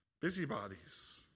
busybodies